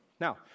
Now